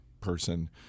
person